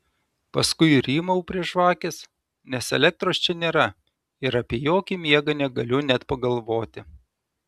paskui rymau prie žvakės nes elektros čia nėra ir apie jokį miegą negaliu net pagalvoti